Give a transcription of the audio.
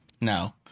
No